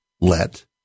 let